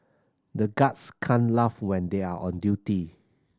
the guards can't laugh when they are on duty